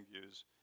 views